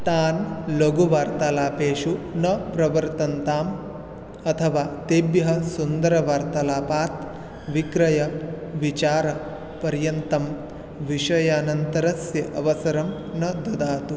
तान् लघुवार्तालापेषु न प्रवर्तन्ताम् अथवा तेभ्यः सुन्दरवार्तालापात् विक्रयविचारपर्यन्तं विषयानन्तरस्य अवसरं न ददतु